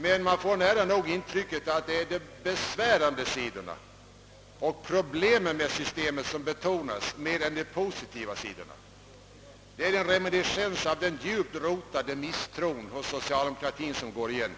Men jag får nära nog intrycket att det är de besvärande sidorna och problemen med systemet som betonas mer än de positiva. Det är en reminiscens av den djupt rotade misstron hos socialdemokratin som går igen.